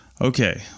okay